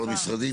כל המשרדים?